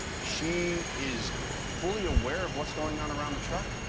she is fully aware of what's going on around the truck,